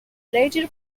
later